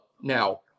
Now